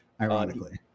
ironically